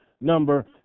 number